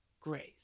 Grace